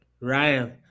Ryan